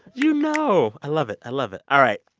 you know i love it. i love it. all right,